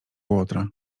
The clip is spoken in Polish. łotra